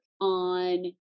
on